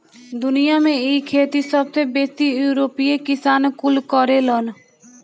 दुनिया में इ खेती सबसे बेसी यूरोपीय किसान कुल करेलन